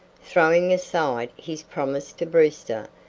throwing aside his promise to brewster,